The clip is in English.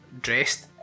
dressed